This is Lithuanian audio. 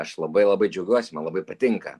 aš labai labai džiaugiuosi man labai patinka